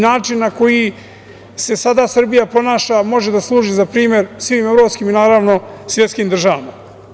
Način na koji se sada Srbija ponaša može da služi za primer svim evropskim i naravno svetskim državama.